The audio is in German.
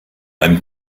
allem